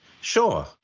Sure